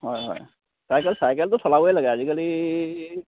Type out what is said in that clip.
হয় হয় চাইকেল চাইকেলটো চলাবই লাগে আজিকালি